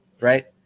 right